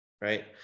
right